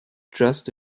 just